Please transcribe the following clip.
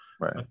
Right